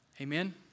Amen